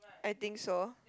I think so